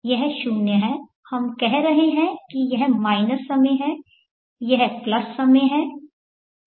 यह 0 है हम कह रहे हैं कि यह माइनस समय है यह प्लस समय है